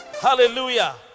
Hallelujah